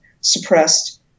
suppressed